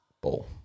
Ball